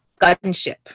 Gunship